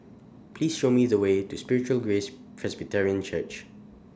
Please Show Me The Way to The Spiritual Grace Presbyterian Church